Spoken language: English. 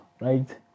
right